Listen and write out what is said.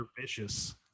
vicious